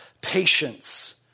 patience